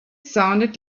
sounded